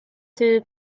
two